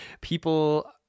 people